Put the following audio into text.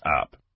up